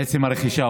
עצם הרכישה.